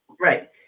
Right